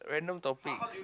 random topics